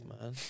man